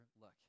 look